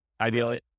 Ideally